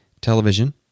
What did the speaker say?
television